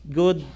good